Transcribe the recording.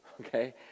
okay